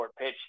pitch